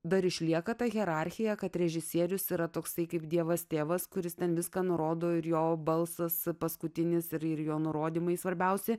dar išlieka ta hierarchija kad režisierius yra toksai kaip dievas tėvas kuris ten viską nurodo ir jo balsas paskutinis ir jo nurodymai svarbiausia